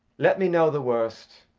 let me know the worst.